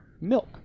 milk